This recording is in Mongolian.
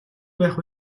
байх